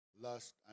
lust